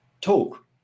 talk